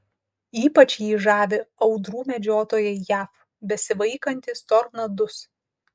ypač jį žavi audrų medžiotojai jav besivaikantys tornadus